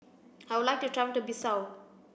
I would like to travel to Bissau